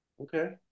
Okay